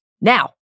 Now